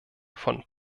von